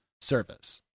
service